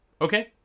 Okay